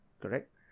correct